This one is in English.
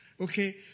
Okay